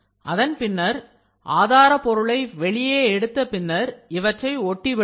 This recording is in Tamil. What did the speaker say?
அதன் பின்னர் ஆதாரபொருளை வெளியே எடுத்த பின்னர் இவற்றை ஓட்டிவிடலாம்